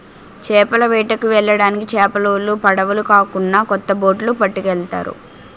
చేపల వేటకి వెళ్ళడానికి చేపలోలు పడవులు కాకున్నా కొత్త బొట్లు పట్టుకెళ్తారు